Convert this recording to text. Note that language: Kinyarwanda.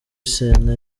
sena